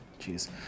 Jeez